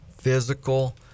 physical